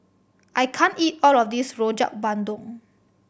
I can't eat all of this Rojak Bandung